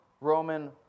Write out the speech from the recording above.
Roman